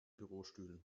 bürostühlen